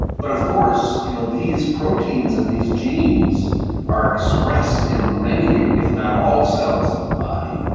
but of course you know these proteins and these genes are expressed in many if not all cells in the body,